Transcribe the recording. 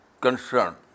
concern